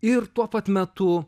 ir tuo pat metu